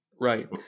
right